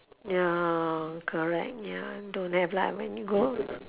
ya correct ya don't have lah my new goal